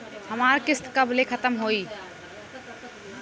हमार किस्त कब ले खतम होई?